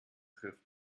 trifft